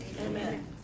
Amen